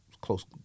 close